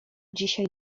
dzisiaj